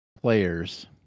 players